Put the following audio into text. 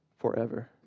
forever